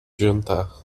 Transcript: jantar